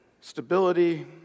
stability